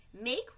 Make